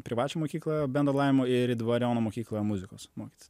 privačią mokyklą beno laimo ir į dvariono mokyklą muzikos mokytis